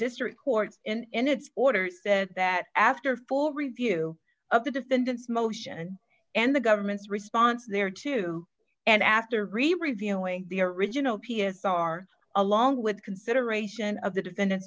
district court's in its orders sent that after full review of the defendant's motion and the government's response there to and after reviewing the original p s r along with consideration of the defendant